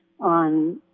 on